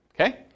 Okay